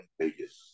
pages